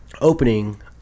opening